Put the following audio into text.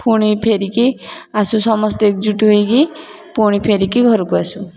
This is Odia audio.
ପୁଣି ଫେରିକି ଆସୁ ସମସ୍ତେ ଏକଜୁଟ ହେଇକି ପୁଣି ଫେରିକି ଘରୁକୁ ଆସୁ